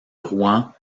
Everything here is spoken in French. rouen